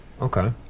Okay